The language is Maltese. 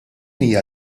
hija